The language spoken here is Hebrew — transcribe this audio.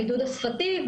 הבידוד השפתי,